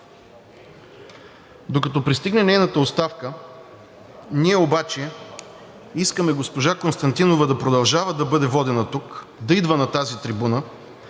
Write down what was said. Докато пристигне нейната оставка, ние обаче искаме госпожа Константинова да продължава да бъде водена тук, да идва на тази трибуна,